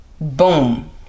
boom